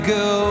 go